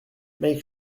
make